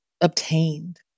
obtained